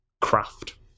craft